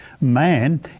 man